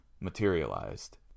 materialized